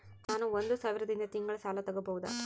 ನಾನು ಒಂದು ಸಾವಿರದಿಂದ ತಿಂಗಳ ಸಾಲ ತಗಬಹುದಾ?